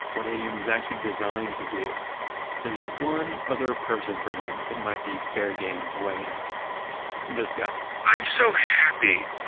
what heyoon was actually designed to do there's one other person for whom it might be fair game to weigh in this guy i'm so happy,